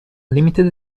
limited